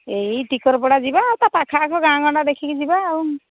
ଏଇ ଟିକରପଡ଼ା ଯିବା ତା ପାଖ ଆଖ ଗାଁ ଗଣ୍ଡା ଦେଖିକି ଯିବା ଆଉ